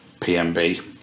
pmb